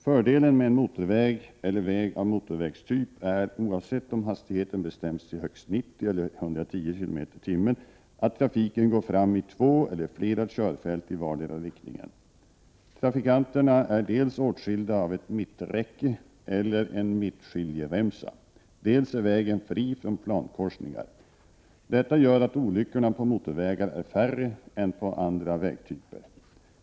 Fördelen med en motorväg eller väg av motorvägstyp är, oavsett om hastigheten bestäms till högst 90 eller 110 km/tim., att trafiken går fram i två eller flera körfält i vardera riktningen. Trafikanterna är dels åtskilda av ett mitträcke eller en mittskiljeremsa, dels är vägen fri från plankorsningar. Detta gör att olyckorna på motorvägar är färre än på andra vägtyper.